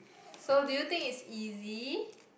so do you think it's easy